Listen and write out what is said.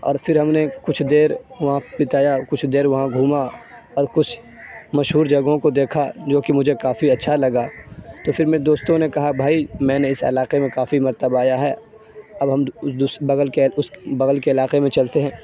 اور پھر ہم نے کچھ دیر وہاں پہ بتایا کچھ دیر وہاں گھوما اور کچھ مشہور جگہوں کو دیکھا جوکہ مجھے کافی اچھا لگا تو پھر میرے دوستوں نے کہا بھائی میں نے اس علاقے میں کافی مرتبہ آیا ہے اب ہم اس بغل کے اس بغل کے علاقے میں چلتے ہیں